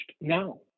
now